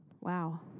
Wow